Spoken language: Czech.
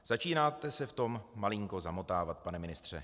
Začínáte se v tom malinko zamotávat, pane ministře.